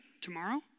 Tomorrow